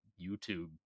YouTube